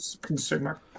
consumer